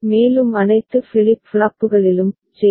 மேலும் அனைத்து ஃபிளிப் ஃப்ளாப்புகளிலும் ஜே